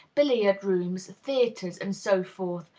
billiard-rooms, theatres, and so forth,